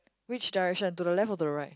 which direction to the left or to the right